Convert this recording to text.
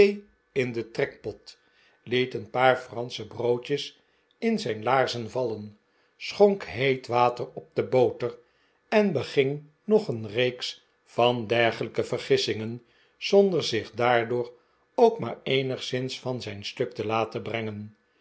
in den trekpot liet een paar fransche broodjes in zijn laarzen vallen schonk heet water op de boter en beging nog een reeks van dergelijke vergissingen zonder zich daardoor ook maar eenigszins van zijn stuk te laten brengen